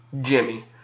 Jimmy